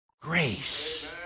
grace